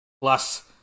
plus